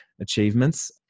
achievements